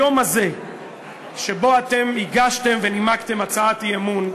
היום הזה שבו אתם הגשתם ונימקתם הצעת אי-אמון,